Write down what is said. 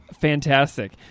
Fantastic